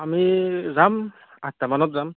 আমি যাম আঠটামানত যাম